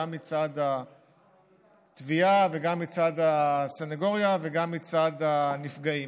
גם מצד התביעה וגם מצד הסנגוריה וגם מצד הנפגעים,